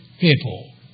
people